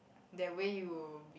that way you